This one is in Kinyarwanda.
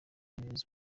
umuyobozi